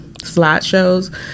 slideshows